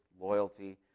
loyalty